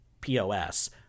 pos